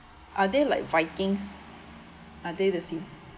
are they like vikings are they the same